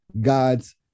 God's